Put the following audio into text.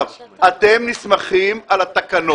אתם נסמכים על התקנות.